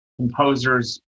composers